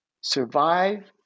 survive